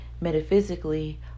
Metaphysically